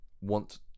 want